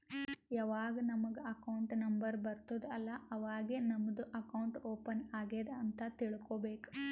ಯಾವಾಗ್ ನಮುಗ್ account number ಬರ್ತುದ್ ಅಲ್ಲಾ ಅವಾಗೇ ನಮ್ದು ಅಕೌಂಟ್ ಓಪನ್ ಆಗ್ಯಾದ್ ಅಂತ್ ತಿಳ್ಕೋಬೇಕು